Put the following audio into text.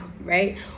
right